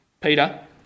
Peter